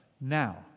Now